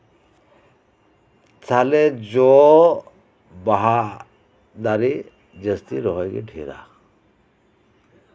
ᱛᱟᱦᱞᱮ ᱡᱚ ᱵᱟᱦᱟ ᱫᱟᱨᱮ ᱡᱟᱹᱥᱛᱤ ᱨᱚᱦᱚᱭ ᱜᱮ ᱰᱷᱮᱨᱟ